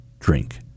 drink